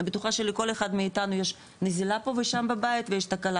אני בטוחה שכל אחד מאיתנו יש נזילה פה ושם בבית ויש תקלה,